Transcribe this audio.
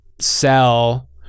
sell